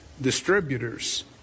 distributors